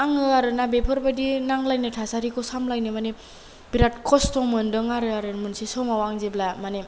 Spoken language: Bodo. आङो आरोना बेफोरबायदि नांलायनाय थासारिखौ सामलायनो माने बिराद खस्थ' मोन्दों आरो आरो मोनसे समाव आं जेब्ला माने